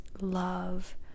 love